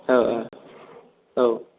ओ ओ औ